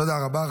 תודה רבה.